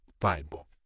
Bible